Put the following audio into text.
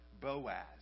Boaz